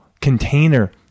container